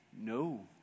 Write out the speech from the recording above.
No